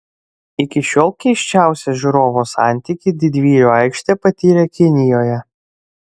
iki šiol keisčiausią žiūrovo santykį didvyrių aikštė patyrė kinijoje